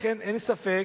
לכן, אין ספק